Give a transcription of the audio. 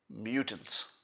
mutants